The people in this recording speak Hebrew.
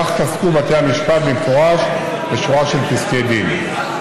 כך פסקו בתי המשפט במפורש בשורה של פסקי דין.